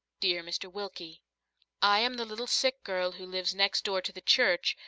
dear mr. wilkie i am the little sick girl who lives next door to the church,